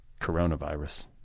coronavirus